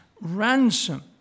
ransom